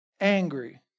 Angry